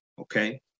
okay